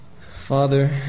Father